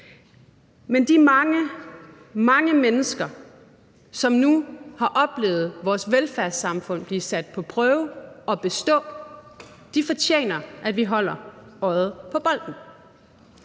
Men de mange, mange mennesker, som nu har oplevet vores velfærdssamfund blive sat på prøve og bestå, fortjener, at vi holder øjet på bolden.